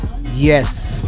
Yes